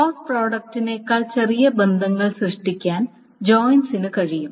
cross പ്രോഡക്ട്നേക്കാൾ ചെറിയ ബന്ധങ്ങൾ സൃഷ്ടിക്കാൻ ജോയിൻസിന് കഴിയും